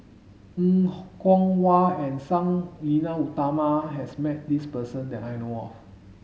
Er Kwong Wah and Sang Nila Utama has met this person that I know of